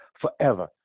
forever